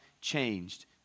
changed